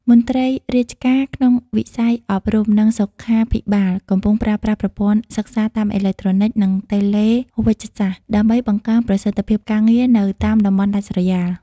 មន្ត្រីរាជការក្នុងវិស័យអប់រំ និងសុខាភិបាលកំពុងប្រើប្រាស់ប្រព័ន្ធសិក្សាតាមអេឡិចត្រូនិក និងតេឡេវេជ្ជសាស្ត្រ ដើម្បីបង្កើនប្រសិទ្ធភាពការងារនៅតាមតំបន់ដាច់ស្រយាល។